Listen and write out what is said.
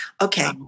Okay